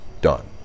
done